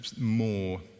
more